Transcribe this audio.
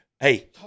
Hey